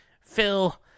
Phil